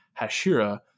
Hashira